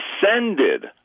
descended